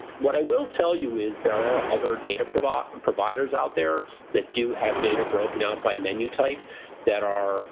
what i will tell you is there are other data providers and providers out there that do have data broken out by menu type that are